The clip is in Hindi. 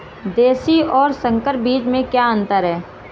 देशी और संकर बीज में क्या अंतर है?